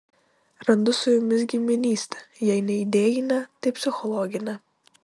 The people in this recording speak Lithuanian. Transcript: randu su jumis giminystę jei ne idėjinę tai psichologinę